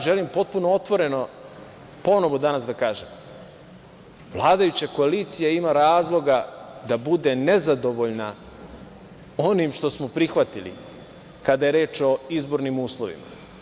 Želim potpuno otvoreno ponovo danas da kažem, vladajuća koalicija ima razloga da bude nezadovoljna onim što smo prihvatili, kada je reč o izbornim uslovima.